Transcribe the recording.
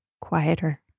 quieter